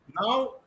now